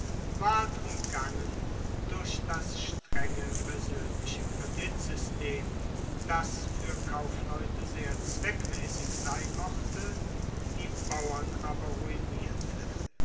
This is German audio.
ward umgangen durch das strenge persoenliche kreditsystem das fuer kaufleute sehr zweckmaessig sein mochte die bauern aber ruinierte